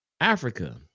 Africa